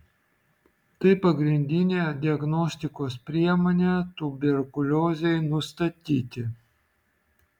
tai pagrindinė diagnostikos priemonė tuberkuliozei nustatyti